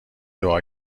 دعا